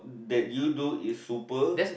that you do is super